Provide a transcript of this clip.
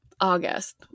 August